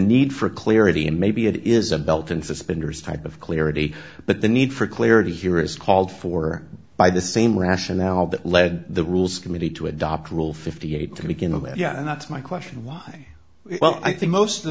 need for clarity and maybe it is a belt and suspenders type of clarity but the need for clarity here is called for by the same rationale that led the rules committee to adopt rule fifty eight to begin with yet and that's my question why well i think most of the